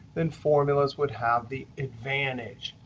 then formulas would have the advantage.